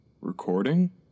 Recording